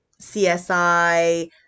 CSI